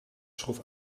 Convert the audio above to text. schroef